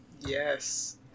yes